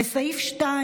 לסעיף 2